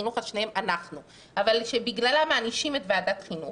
החינוך שבגללה מענישים את ועדת חינוך,